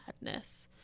madness